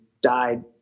died